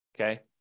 Okay